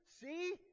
See